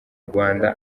rwanda